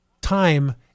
time